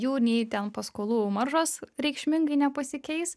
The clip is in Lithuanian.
jų nei ten paskolų maržos reikšmingai nepasikeis